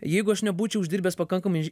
jeigu aš nebūčiau uždirbęs pakankamai